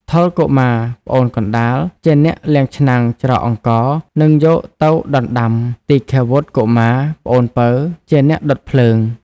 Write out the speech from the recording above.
ថុល កុមារ (ប្អូនកណ្ដាល) ជាអ្នកលាងឆ្នាំង ច្រកអង្ករ និងយកទៅដណ្ដាំ ទីឃាវុត្ត កុមារ (ប្អូនពៅ) ជាអ្នកដុតភ្លើង។